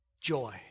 Joy